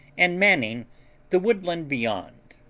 and manning the woodland beyond.